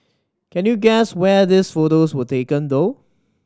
can you guess where these photos were taken though